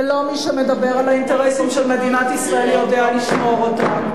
ולא מי שמדבר על האינטרסים של מדינת ישראל יודע לשמור אותם.